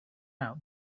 out